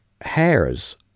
hairs